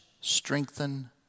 strengthen